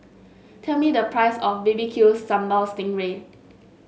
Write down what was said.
tell me the price of B B Q Sambal Sting Ray